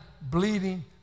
bleeding